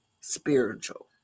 spiritual